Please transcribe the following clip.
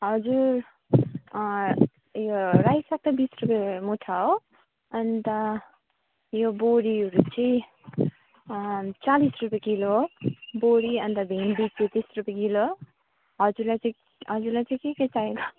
हजुर यो रायो साग त बिस रुपियाँ मुठा हो अन्त यो बोडीहरू चाहिँ चालिस रुपियाँ किलो हो बोडी अन्त भिन्डीको तिस रुपियाँ किलो हजुरलाई चाहिँ हजुरलाई चाहिँ के के चाहिन्छ